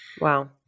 Wow